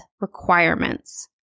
requirements